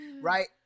right